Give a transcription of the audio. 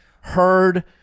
heard